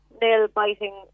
nail-biting